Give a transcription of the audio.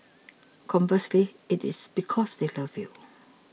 conversely it is because they love you